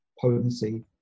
potency